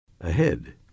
Ahead